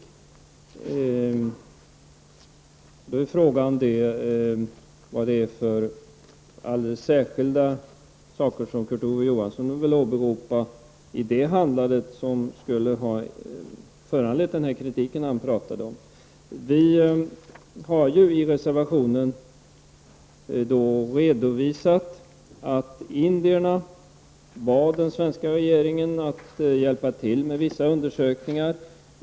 Men då är frågan vad det är för alldeles särskilda saker som Kurt Ove Johansson vill åberopa i det avseendet och som skulle föranleda kritik. I reservationen redovisar vi reservanter att indierna bad den svenska regeringen att hjälpa till med vissa undersökningar.